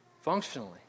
functionally